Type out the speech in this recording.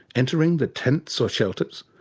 entering the tents or shelters,